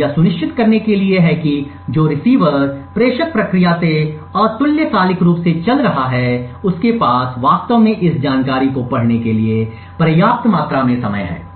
यह सुनिश्चित करने के लिए है कि जो रिसीवर प्रेषक प्रक्रिया से अतुल्यकालिक रूप से चल रहा है उसके पास वास्तव में इस जानकारी को पढ़ने के लिए पर्याप्त मात्रा में समय है